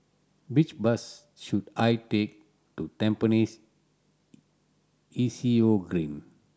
which bus should I take to Tampines E C O Green